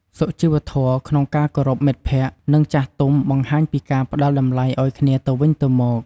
សុជីវធម៌ក្នុងការគោរពមិត្តភក្តិ និងចាស់ទុំបង្ហាញពីការផ្ដល់តម្លៃឱ្យគ្នាទៅវិញទៅមក។